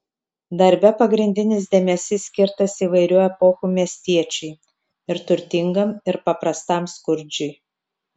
darbe pagrindinis dėmesys skirtas įvairių epochų miestiečiui ir turtingam ir paprastam skurdžiui